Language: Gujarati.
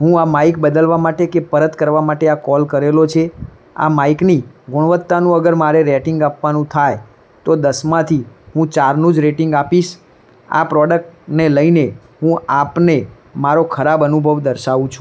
હું આ માઈક બદલવા માટે કે પરત કરવા માટે આ કોલ કરેલો છે આ માઈકની ગુણવત્તાનું અગર મારે રેટિંગ આપવાનું થાય તો દસમાંથી હું ચારનું જ રેટિંગ આપીશ આ પ્રોડકટને લઇને હું આપને મારો ખરાબ અનુભવ દર્શાવું છું